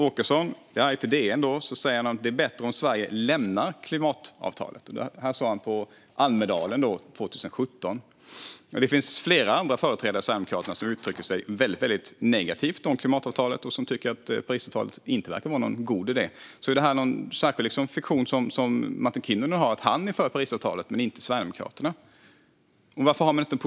Åkesson säger till DN att det är bättre om Sverige lämnar klimatavtalet. Det här sa han i Almedalen 2017. Det finns flera andra företrädare för Sverigedemokraterna som uttrycker sig väldigt negativt om klimatavtalet och som tycker att Parisavtalet inte verkar vara någon god idé. Är det något särskilt för Martin Kinnunen att han är för Parisavtalet medan Sverigedemokraterna inte är det?